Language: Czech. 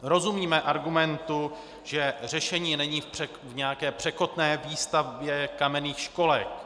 Rozumíme argumentu, že řešení není v nějaké překotné výstavbě kamenných školek.